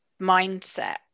mindset